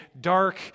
dark